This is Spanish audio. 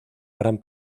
gran